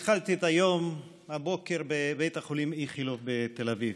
התחלתי את הבוקר היום בבית החולים איכילוב בתל אביב.